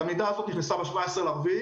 התלמידה הזאת נכנסה ב-17.4,